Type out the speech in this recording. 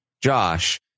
Josh